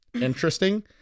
interesting